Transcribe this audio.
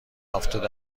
هفتاد